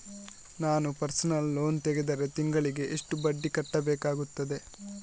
ನಾನು personal loan ತೆಗೆದರೆ ತಿಂಗಳಿಗೆ ಎಷ್ಟು ಬಡ್ಡಿ ಕಟ್ಟಬೇಕಾಗುತ್ತದೆ?